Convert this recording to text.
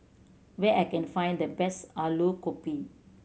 where I can find the best Alu Gobi